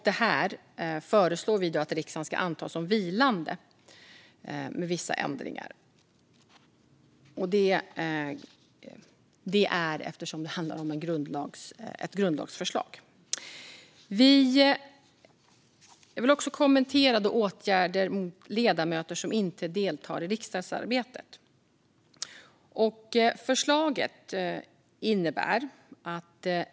Detta föreslår vi att riksdagen ska anta som vilande, med vissa ändringar, eftersom det är ett grundlagsförslag. Jag vill också kommentera förslaget om åtgärder mot ledamöter som inte deltar i riksdagsarbetet.